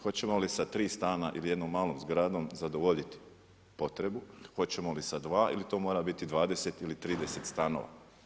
Hoćemo li sa 3 stana ili jednom malom zgradom zadovoljiti potrebu, hoćemo li sa 2 ili to mora biti 20 ili 30 stanova?